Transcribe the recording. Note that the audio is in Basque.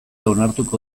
onartuko